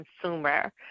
consumer